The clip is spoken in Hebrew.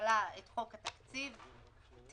הממשלה את חוק התקציב", תימחק.